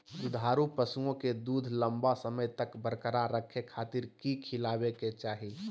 दुधारू पशुओं के दूध लंबा समय तक बरकरार रखे खातिर की खिलावे के चाही?